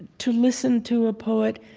to listen to a poet,